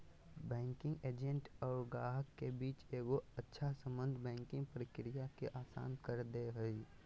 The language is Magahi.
बैंकिंग एजेंट और गाहक के बीच एगो अच्छा सम्बन्ध बैंकिंग प्रक्रिया के आसान कर दे हय